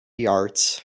yards